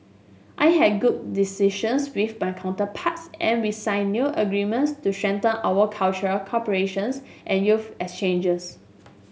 I had good decisions with my counterparts and we signed new agreements to strengthen our cultural cooperation and youth exchanges